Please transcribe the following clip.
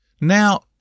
Now